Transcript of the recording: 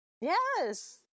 Yes